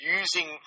using